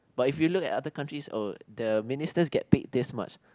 but if you look at other countries oh the ministers get paid this much